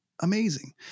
amazing